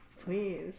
please